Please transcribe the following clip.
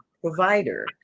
provider